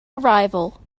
arrival